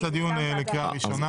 הדיון לקריאה ראשונה.